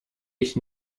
ich